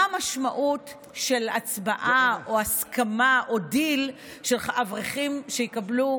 של מהי המשמעות של הצבעה או הסכמה או דיל של אברכים שיקבלו,